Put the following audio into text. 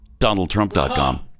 DonaldTrump.com